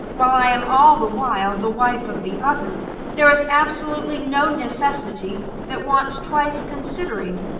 while i am all the while the wife of the other there is absolutely no necessity that wants twice considering,